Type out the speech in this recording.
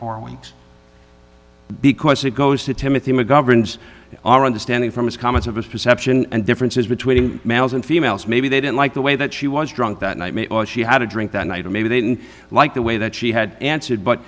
four weeks because it goes to timothy mcgovern's our understanding from his comments of his perception and differences between males and females maybe they didn't like the way that she was drunk that night she had a drink that night or maybe they didn't like the way that she had answered but